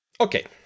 Okay